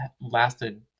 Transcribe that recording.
lasted